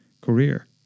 career